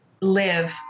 live